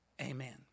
Amen